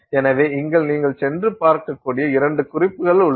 எனவே இங்கே நீங்கள் சென்று பார்க்கக்கூடிய இரண்டு குறிப்புகள் உள்ளன